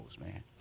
man